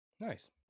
Nice